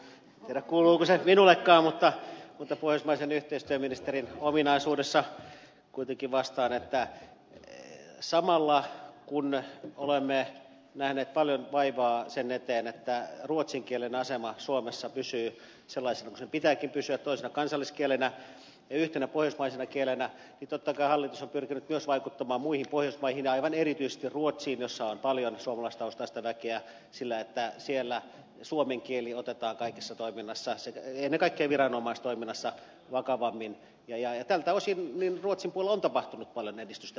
en tiedä kuuluuko se minullekaan mutta pohjoismaisen yhteistyöministerin ominaisuudessa kuitenkin vastaan että samalla kun olemme nähneet paljon vaivaa sen eteen että ruotsin kielen asema suomessa pysyy sellaisena kuin sen pitääkin pysyä toisena kansalliskielenä ja yhtenä pohjoismaisena kielenä niin totta kai hallitus on pyrkinyt myös vaikuttamaan muihin pohjoismaihin aivan erityisesti ruotsiin jossa on paljon suomalaistaustaista väkeä että suomen kieli otetaan kaikessa toiminnassa ennen kaikkea viranomaistoiminnassa vakavammin ja tältä osin ruotsin puolella on tapahtunut paljon edistystä